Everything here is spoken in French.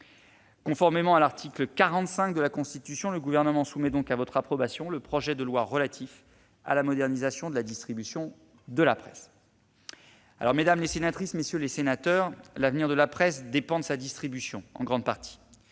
Conformément à l'article 45 de la Constitution, le Gouvernement soumet donc à votre approbation le projet de loi relatif à la modernisation de la distribution de la presse. Mesdames les sénatrices, messieurs les sénateurs, l'avenir de la presse dépend en grande partie